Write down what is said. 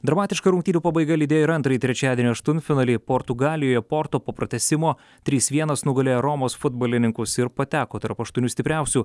dramatiška rungtynių pabaiga lydėjo ir antrąjį trečiadienį aštuntfinalį portugalijoje porto po pratęsimo trys vienas nugalėjo romos futbolininkus ir pateko tarp aštuonių stipriausių